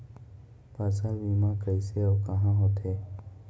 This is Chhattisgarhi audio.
फसल बीमा कइसे अऊ कहाँ होथे?